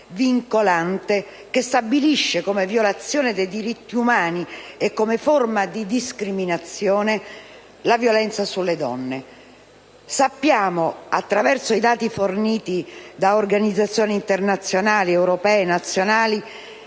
vincolante che stabilisce come violazione dei diritti umani e come forma di discriminazione la violenza sulle donne. Sappiamo, attraverso i dati forniti da organizzazioni internazionali, europee e nazionali,